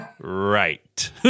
right